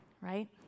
Right